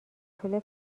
طول